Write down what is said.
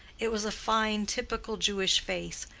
it was a fine typical jewish face,